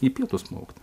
į pietus plaukt